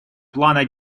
плана